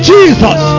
Jesus